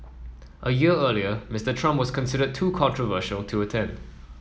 a year earlier Mister Trump was considered too controversial to attend